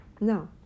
No